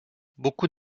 beaucoup